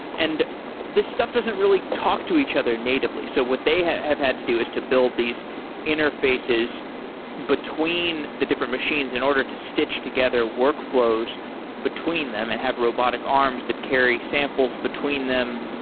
and this stuff doesn't really talk to each other natively so what they have have had to do is to build these interfaces between the different machines in order to stitch together workflows between them and have robotic arms that carry samples between them.